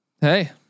Hey